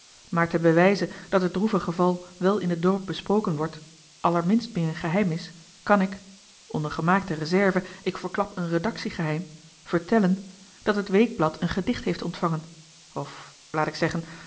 maar ten bewijze dat het droeve geval wel in het dorp besproken wordt allerminst meer een geheim is kan ik onder gemaakte reserve ik verklap een redactiegeheim vertellen dat het weekblad een gedicht heeft ontvangen of laat ik zeggen